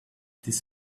this